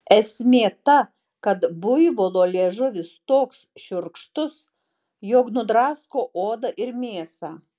esmė ta kad buivolo liežuvis toks šiurkštus jog nudrasko odą ir mėsą